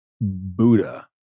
Buddha